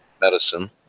Medicine